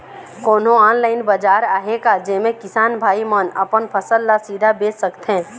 कोन्हो ऑनलाइन बाजार आहे का जेमे किसान भाई मन अपन फसल ला सीधा बेच सकथें?